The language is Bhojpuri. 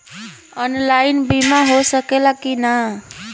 ऑनलाइन बीमा हो सकेला की ना?